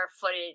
footage